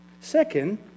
Second